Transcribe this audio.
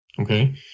Okay